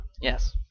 Yes